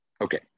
okay